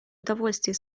удовольствие